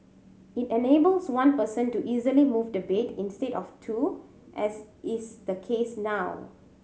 it enables one person to easily move the bed instead of two as is the case now